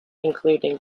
including